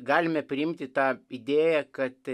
galime priimti tą idėją kad